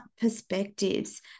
perspectives